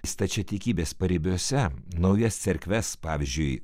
stačiatikybės paribiuose naujas cerkves pavyzdžiui